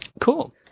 Cool